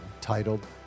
titled